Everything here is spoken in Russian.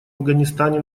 афганистане